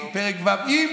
פרק ו' עם,